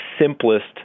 simplest